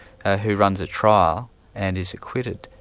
who runs a trial and is acquitted,